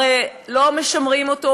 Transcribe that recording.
הרי לא משמרים אותו,